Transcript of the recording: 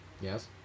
Yes